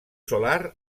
solar